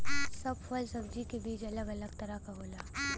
सब फल सब्जी क बीज अलग अलग तरह क होला